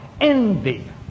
envy